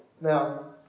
Now